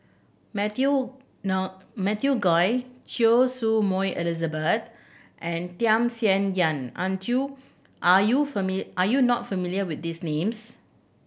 Matthew Matthew Ngui Choy Su Moi Elizabeth and Tham Sien Yen aren't you are you are you not familiar with these names